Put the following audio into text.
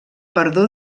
perdó